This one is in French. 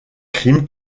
crime